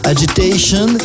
Agitation